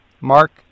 Mark